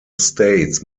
states